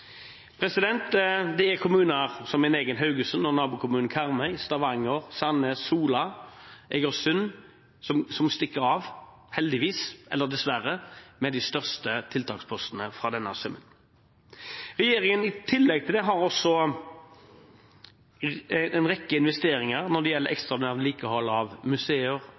Det er kommuner som min egen, Haugesund, og nabokommunene Karmøy, Stavanger, Sandnes, Sola og Egersund som heldigvis – eller dessverre – stikker av med de største tiltakspostene fra denne summen. Regjeringen har i tillegg også en rekke investeringer når det gjelder ekstraordinært vedlikehold av museer,